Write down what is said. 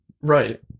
Right